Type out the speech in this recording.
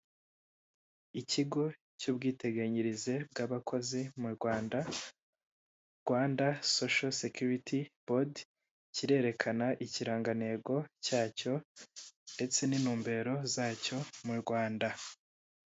Ikigo cy'ubwiteganyirize bw'abakozi mu Rwanda, Rwanda sosho securiti bodi (Rwanda social security board), kirerekana ikirangantego cyacyo ndetse n'intumbero zacyo mu Rwanda.